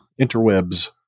interwebs